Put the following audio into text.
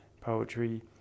poetry